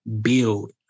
build